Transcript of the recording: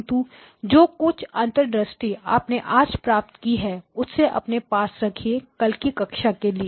किंतु जो कुछ अंतर्दृष्टि आपने आज प्राप्त की है उसे अपने पास रखिए कल की कक्षा के लिए